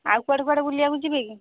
ଆଉ କୁଆଡ଼େ କୁଆଡ଼େ ବୁଲିବାକୁ ଯିବେ କି